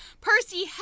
Percy